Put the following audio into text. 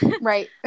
Right